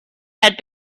had